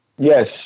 Yes